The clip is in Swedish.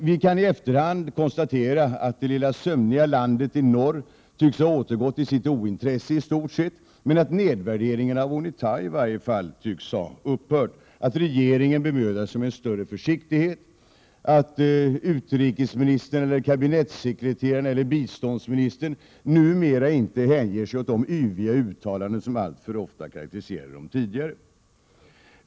Vi kan i efterhand konstatera att det lilla sömniga landet i norr tycks ha återgått till sitt ointresse istort sett, men att nedvärderingen av UNITA i varje fall tycks ha upphört, att regeringen bemödar sig om en större försiktighet, att utrikesministern eller kabinettssekreteraren eller biståndsministern numera inte hänger sig åt de yviga uttalanden som alltför ofta karaktäriserade dem tidigare.